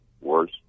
worse